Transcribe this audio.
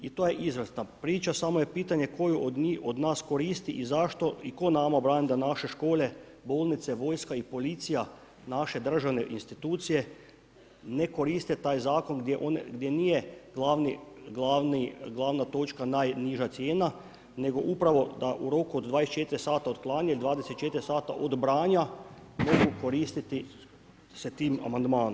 I to je izvrsna priča, samo je pitanje, tko ju od nas koristi i zašto i tko nama brani, da naše škole, bolnice, vojska i policija, naše državne institucije, ne koriste taj zakon, gdje nije glavna točka najniža cijena, nego upravo da u roku od 24 sata od klanja, 24 sata od branja, mogu koristiti se tim amandmanom.